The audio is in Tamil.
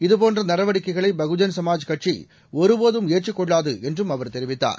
இதபோன்ற நடவடிக்கைகளை பகுஜன் சமாஜ் கட்சி ஒருபோதும் ஏற்றுக் கொள்ளாது என்றும் அவர் தெரிவித்தார்